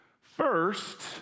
First